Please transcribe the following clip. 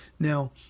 Now